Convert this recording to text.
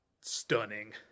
stunning